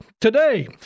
today